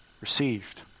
received